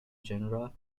genera